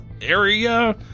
area